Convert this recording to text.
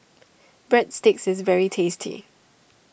Breadsticks is very tasty